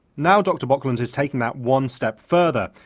now dr bocklandt has taken that one step further,